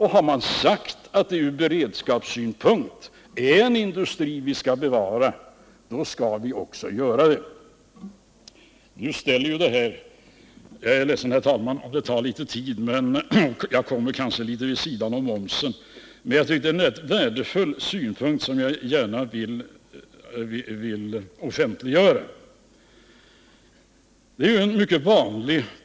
Har vi sagt att tekoindustrin skall bevaras ur beredskapssynpunkt, då skall vi också göra det. Jag beklagar, herr talman, om det här tar litet tid, och jag kommer kanske litet vid sidan av frågan om momsen. Jag tycker emellertid att det vore värdefullt att få offentliggöra också en annan synpunkt.